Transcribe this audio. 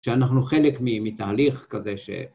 שאנחנו חלק מתהליך כזה ש...